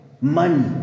money